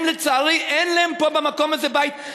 הם, לצערי, אין להם פה במקום הזה בית.